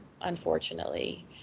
unfortunately